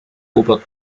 robert